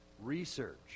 research